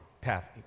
taffy